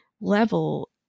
level